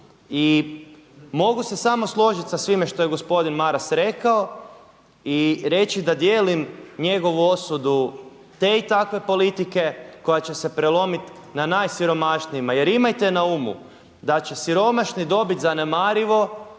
I mogu se samo složiti sa svime što je gospodin Maras rekao i reći da dijelim njegovu osudu te i takve politike koja će se prelomiti na najsiromašnijima. Jer imajte na umu da će siromašni dobiti zanemarivo,